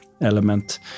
element